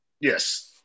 Yes